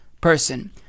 person